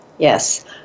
Yes